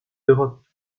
europe